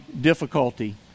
difficulty